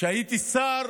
שהייתי שר